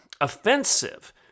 offensive